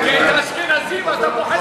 עם האשכנזים אתה פוחד לדבר,